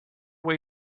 way